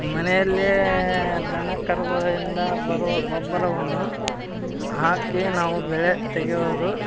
ಮನೆಯಲ್ಲಿಯೇ ದನ ಕರುಗಳಿಂದ ಬರೋ ಗೊಬ್ಬರವನ್ನು ಹಾಕಿ ನಾವು ಬೆಳೆ ತೆಗೆಯೋದು